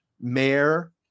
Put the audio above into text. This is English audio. Mayor